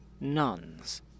Nuns